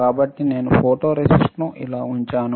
కాబట్టి నేను ఫోటోరేసిస్ట్ను ఇలా ఉంచాను